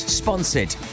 sponsored